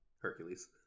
Hercules